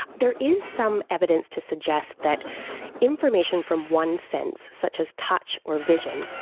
there is some evidence to suggest that information from one sense, such as touch or vision,